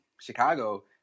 Chicago